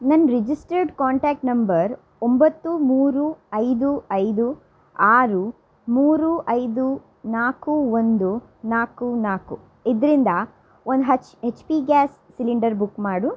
ನನ್ನ registered contact number ಒಂಬತ್ತು ಮೂರು ಐದು ಐದು ಆರು ಮೂರು ಐದು ನಾಲ್ಕು ಒಂದು ನಾಲ್ಕು ನಾಲ್ಕು ಇದರಿಂದ ಒಂದು H H P gas cylinder book ಮಾಡು